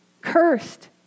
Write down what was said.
cursed